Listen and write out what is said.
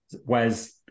Whereas